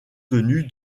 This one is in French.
tenu